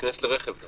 --- להיכנס לרכב גם.